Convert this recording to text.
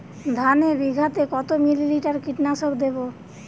ধানে বিঘাতে কত মিলি লিটার কীটনাশক দেবো?